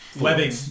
Webbing